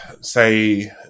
say